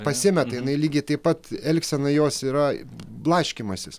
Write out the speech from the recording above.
pasimeta jinai lygiai taip pat elgsena jos yra blaškymasis